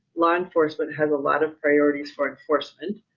law enforcement has a lot of priorities for enforcement,